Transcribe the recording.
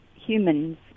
humans